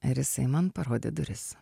ir jisai man parodė duris